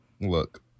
look